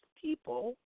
people